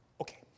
okay